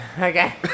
Okay